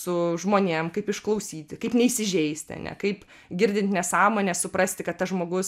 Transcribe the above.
su žmonėm kaip išklausyti kaip neįsižeisti ane kaip girdint nesąmones suprasti kad tas žmogus